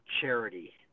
charity